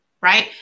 right